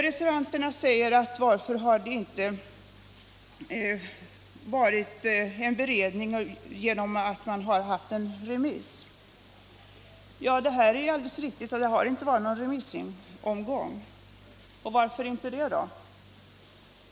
Reservanterna undrar varför det inte har varit en beredning genom remisser. Det är alldeles riktigt att det inte har varit någon remissomgång. Och varför inte det?